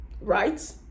right